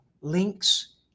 links